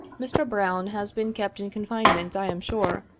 mr. brown has been kept in confinement, i am sure,